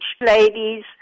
ladies